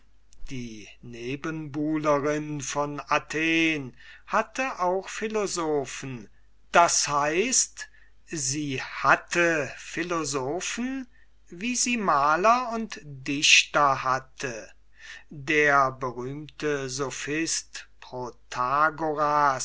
die nebenbuhlerin von athen hatte auch philosophen das heißt sie hatte philosophen wie sie maler und dichter hatte der berühmte